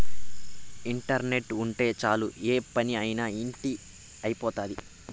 internet ఉంటే చాలు ఏ పని అయినా ఇట్టి అయిపోతుంది